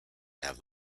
have